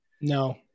No